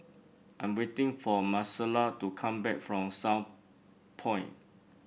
I'm waiting for Maricela to come back from Southpoint